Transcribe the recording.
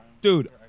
Dude